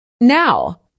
Now